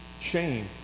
shame